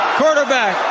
quarterback